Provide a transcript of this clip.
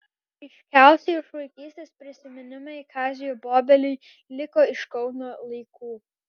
ryškiausi iš vaikystės prisiminimai kaziui bobeliui liko iš kauno laikų